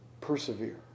Persevere